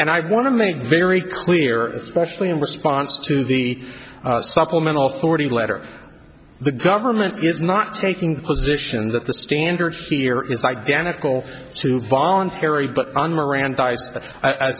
and i want to make very clear especially in response to the supplemental authority letter the government is not taking the position that the standard here is identical to voluntary but